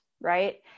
right